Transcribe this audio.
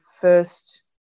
first